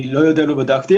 אני לא יודע, לא בדקתי.